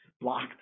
blocked